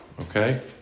Okay